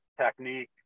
technique